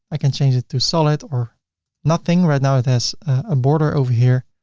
i can change it to solid or nothing. right now it has a border over here.